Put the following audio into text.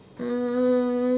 um